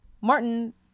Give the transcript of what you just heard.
Martin